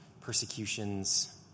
persecutions